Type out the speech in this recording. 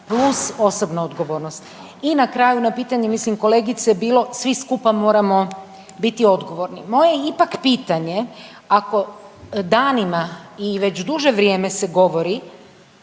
+ osobna odgovornost i na kraju, na pitanje mislim, kolegice je bilo, svi skupa moramo biti odgovorni. Moje je ipak pitanje, ako danima i već duže vrijeme se govori